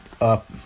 up